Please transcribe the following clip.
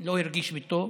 לא הרגיש בטוב,